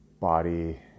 body